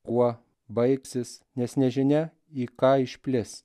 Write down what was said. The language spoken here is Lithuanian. kuo baigsis nes nežinia į ką išplis